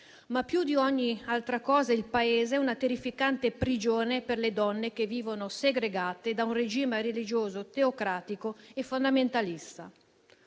ma più di ogni altra cosa il Paese è una terrificante prigione per le donne che vivono segregate da un regime religioso teocratico e fondamentalista.